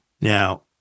now